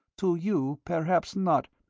to you, perhaps not,